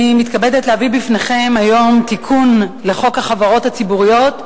אני מתכבדת להביא בפניכם היום תיקון לחוק החברות הציבוריות,